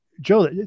Joe